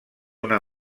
una